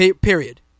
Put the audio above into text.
period